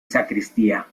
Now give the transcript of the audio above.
sacristía